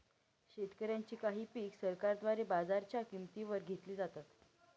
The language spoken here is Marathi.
शेतकऱ्यांची काही पिक सरकारद्वारे बाजाराच्या किंमती वर घेतली जातात